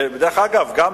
דרך אגב, גם